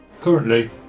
currently